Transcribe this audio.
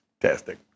fantastic